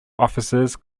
offices